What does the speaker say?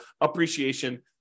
appreciation